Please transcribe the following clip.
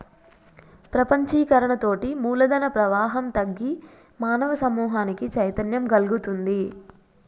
ప్రపంచీకరణతోటి మూలధన ప్రవాహం తగ్గి మానవ సమూహానికి చైతన్యం గల్గుతుంది